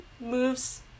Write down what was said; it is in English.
moves